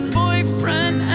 boyfriend